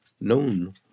known